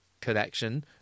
connection